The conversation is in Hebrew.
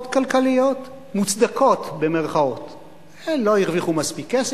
כלכליות "מוצדקות": הם לא הרוויחו מספיק כסף,